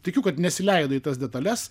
tikiu kad nesileido į tas detales